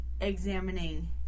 examining